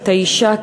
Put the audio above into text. את האישה,